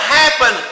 happen